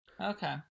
Okay